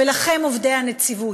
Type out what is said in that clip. ומכם, עובדי הנציבות,